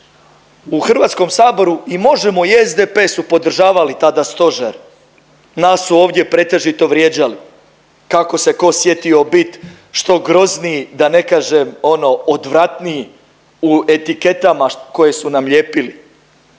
U Hrvatskom saboru i Možemo! i SDP su podržavali tada Stožer. Nas su ovdje pretežito vrijeđali kako se tko sjetio biti što grozniji, da ne kažem ono odvratniji u etiketama koje su nam lijepili.